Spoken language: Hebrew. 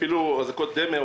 אפילו אזעקות דמה,